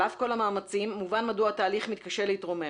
על אף כל המאמצים מובן מדוע התהליך מתקשה להתרומם.